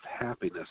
happiness